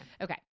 okay